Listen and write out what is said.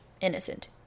innocent